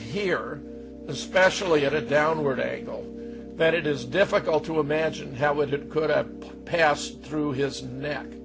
here especially at a downward a hole that it is difficult to imagine how would it could have passed through his neck